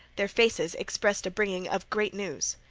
their faces expressed a bringing of great news.